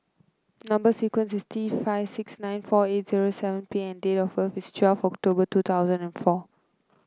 number sequence is T five six nine four eight zeri seven P and date of birth is twelve October two thousand and four